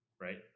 right